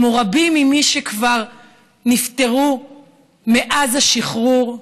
כמו רבים ממי שכבר נפטרו מאז השחרור,